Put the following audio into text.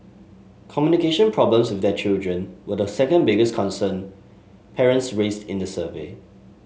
communication problems with their children were the second biggest concern parents raised in the survey